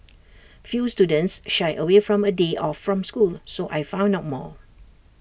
few students shy away from A day off from school so I found out more